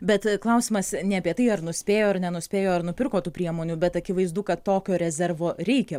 bet klausimas ne apie tai ar nuspėjo ar nenuspėjo ar nupirko tų priemonių bet akivaizdu kad tokio rezervo reikia